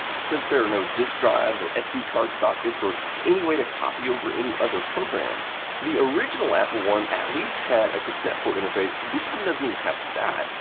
since there are no disk drives or sd card sockets or any way to copy over any other programs. the original apple one at least had a cassette port interface. this doesn't even have that.